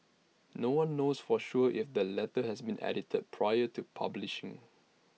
no one knows for sure if the letter had been edited prior to publishing